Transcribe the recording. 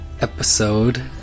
episode